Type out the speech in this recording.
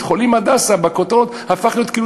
בית-חולים "הדסה" הפך להיות כאילו